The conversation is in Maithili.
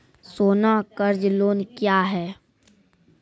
सोना कर्ज लोन क्या हैं?